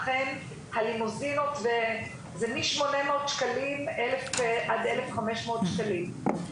אכן הלימוזינות זה מ-800 ש"ח ועד 1,500 ש"ח.